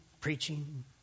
preaching